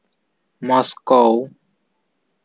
Moscow